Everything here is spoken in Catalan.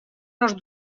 nos